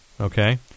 Okay